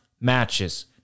matches